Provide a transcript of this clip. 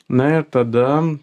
na ir tada